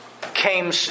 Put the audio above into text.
came